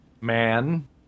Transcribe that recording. man